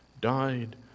died